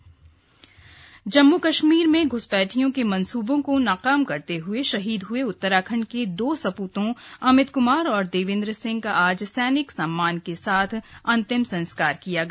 शहीद अंतयेष्टि जम्म् कश्मीर में घ्सपैठियों के मंसूबों को नाकाम करते हुए शहीद उत्तराखंड के दो सपूतों अमित क्मार और देवेंद्र सिंह का आज सैनिक सम्मान के साथ अंतिम संस्कार किया गया